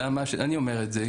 למה אני אומר את זה?